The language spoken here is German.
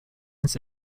ins